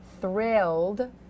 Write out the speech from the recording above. thrilled